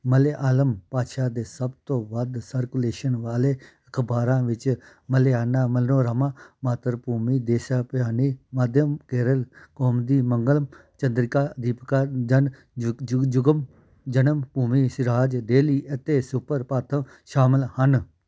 ਮਲਿਆਲਮ ਭਾਸ਼ਾ ਦੇ ਸਭ ਤੋਂ ਵੱਧ ਸਰਕੂਲੇਸ਼ਨ ਵਾਲੇ ਅਖ਼ਬਾਰਾਂ ਵਿੱਚ ਮਲਿਆਲਾ ਮਨੋਰਮਾ ਮਾਤਰਭੂਮੀ ਦੇਸਾਭਿਮਾਨੀ ਮਾਧਿਆਮ ਕੇਰਲ ਕੌਮੁਦੀ ਮੰਗਲਮ ਚੰਦਰਿਕਾ ਦੀਪਿਕਾ ਜਨ ਯੁ ਯੁਗ ਯੁਗਮ ਜਨਮ ਭੂਮੀ ਸਿਰਾਜ ਡੇਲੀ ਅਤੇ ਸੁਪਰਭਾਥਮ ਸ਼ਾਮਲ ਹਨ